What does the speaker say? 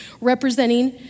representing